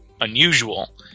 unusual